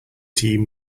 team